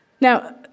Now